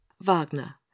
Wagner